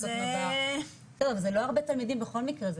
זה לא הרבה תלמידים בכל מקרה,